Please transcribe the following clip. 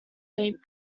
saint